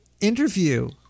interview